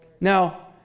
Now